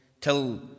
Till